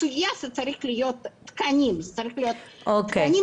הסוגיה צריכה להיות תקנים, שיהיה